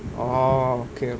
orh okay okay